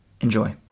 Enjoy